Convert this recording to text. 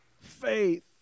Faith